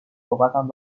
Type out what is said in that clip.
صحبتم